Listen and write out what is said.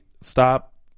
stop